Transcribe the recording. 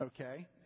okay